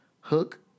hook